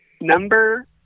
Number